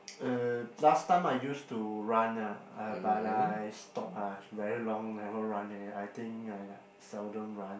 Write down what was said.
uh last time I used to run ah uh but I stop lah very long never run already I think I like seldom run